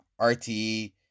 RTE